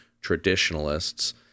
traditionalists